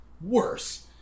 Worse